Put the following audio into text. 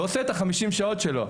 ועושה את ה-50 שעות שלו.